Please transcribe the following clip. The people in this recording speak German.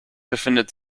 befindet